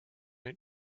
den